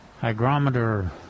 hygrometer